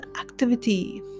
activity